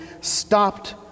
stopped